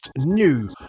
new